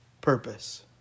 purpose